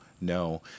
no